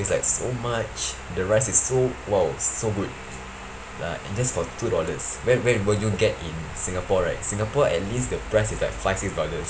is like so much the rice is so !wow! so good lah and just for two dollars where where will you get in singapore right singapore at least the price is like five six dollars